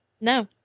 No